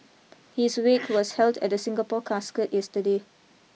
his wake was held at the Singapore Casket yesterday